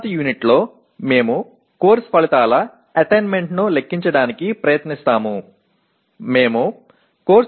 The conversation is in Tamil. அடுத்த யுநிட்டில் நிச்சயமாக விளைவுகளை அடைவதைக் கணக்கிட முயற்சிப்போம்